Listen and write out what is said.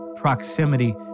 proximity